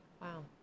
Wow